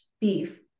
beef